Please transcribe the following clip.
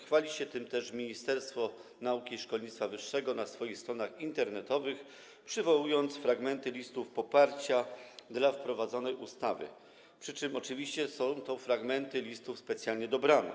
Chwali się tym Ministerstwo Nauki i Szkolnictwa Wyższego na swoich stronach internetowych, przywołując fragmenty listów poparcia dla wprowadzonej ustawy, przy czym oczywiście są to fragmenty listów specjalnie dobranych.